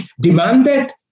demanded